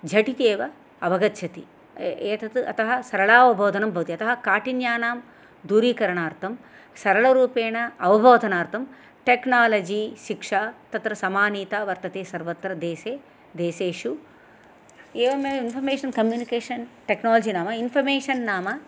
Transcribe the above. झटिति एव अवगच्छति एतत् अतः सरळावबोधनं भवति अतः काठिन्यानां दूरीकरणार्थं सरळरूपेण अवबोधनार्थं टेक्नालजि शिक्षा तत्र समानीता वर्तते सर्वत्र देषे देषेशु एवमेव इन्फ़र्मेषन् कम्युनिकेषन् टेक्नालजि नाम इन्फ़र्मेषन् नाम